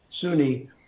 Sunni